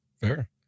Fair